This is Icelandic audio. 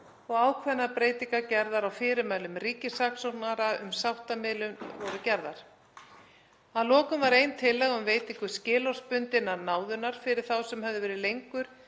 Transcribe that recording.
og ákveðnar breytingar á fyrirmælum ríkissaksóknara um sáttamiðlun voru gerðar. Að lokum var ein tillaga um veitingu skilorðsbundinnar náðunar fyrir þá sem höfðu verið lengur